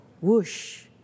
Whoosh